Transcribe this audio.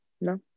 No